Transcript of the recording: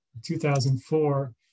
2004